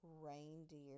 Reindeer